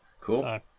Cool